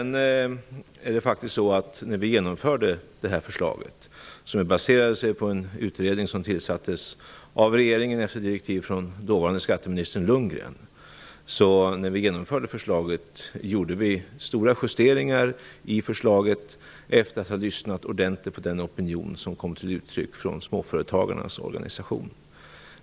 När vi vidare genomförde det här förslaget, som baserade sig på en utredning som tillsattes av regeringen efter direktiv från dåvarande skatteministern Lundgren, gjorde vi stora justeringar i förslaget efter att ha lyssnat ordentligt på den opinion som kom till uttryck från småföretagarnas organisation.